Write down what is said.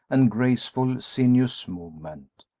and graceful, sinuous movement.